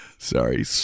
sorry